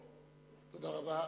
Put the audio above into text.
תודה רבה.